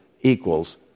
equals